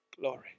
glory